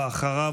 ואחריו,